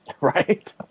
Right